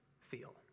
feel